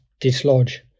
dislodge